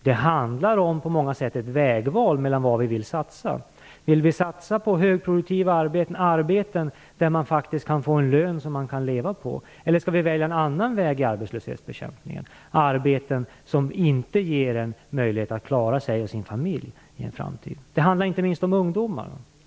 Det handlar på många sätt om ett vägval när det gäller vad vi vill satsa på. Vill vi satsa på högproduktiva arbeten, arbeten där man faktiskt kan få en lön som man kan leva på? Eller skall vi välja en annan väg i arbetslöshetsbekämpningen: arbeten som inte ger en möjlighet att klara sig och sin familj i framtiden? Det handlar inte minst om ungdomar.